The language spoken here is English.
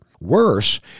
Worse